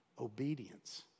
obedience